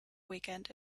weekend